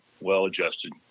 well-adjusted